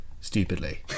stupidly